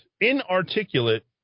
inarticulate